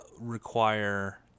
require